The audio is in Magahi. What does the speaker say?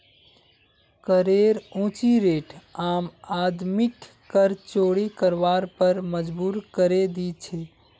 करेर ऊँची रेट आम आदमीक कर चोरी करवार पर मजबूर करे दी छे